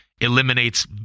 eliminates